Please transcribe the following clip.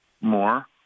more